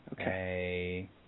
Okay